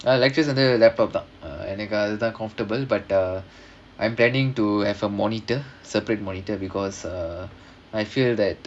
uh lectures வந்து:vandhu laptop uh தான் எனக்கு அது தான்:thaan enakku adhu thaan comfortable but uh I'm planning to have a monitor separate monitor because uh I feel that